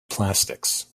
plastics